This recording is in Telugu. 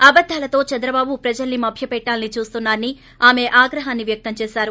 అబద్దాలతో చంద్రబాబు ప్రజల్పి మభ్య పెట్టాలని చూస్తున్నా రని ఆమె ఆగ్రహం వ్యక్తం చేశారు